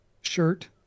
shirt